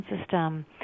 system